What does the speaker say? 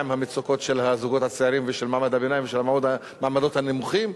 עם המצוקות של הזוגות הצעירים ושל מעמד הביניים ושל המעמדות הנמוכים